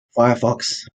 firefox